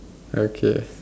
okay